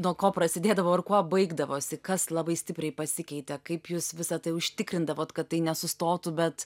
nuo ko prasidėdavo ir kuo baigdavosi kas labai stipriai pasikeitė kaip jūs visa tai užtikrindavot kad tai nesustotų bet